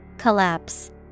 Collapse